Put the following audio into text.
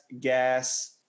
Gas